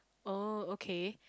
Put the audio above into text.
oh okay